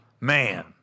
man